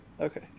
Okay